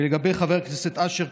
לגבי חבר הכנסת אשר,